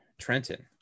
Trenton